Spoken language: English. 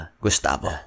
Gustavo